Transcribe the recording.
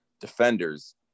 Defenders